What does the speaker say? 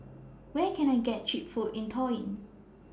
Where Can I get Cheap Food in Tallinn